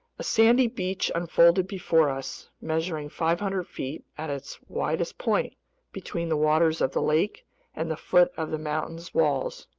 a sandy beach unfolded before us, measuring five hundred feet at its widest point between the waters of the lake and the foot of the mountain's walls.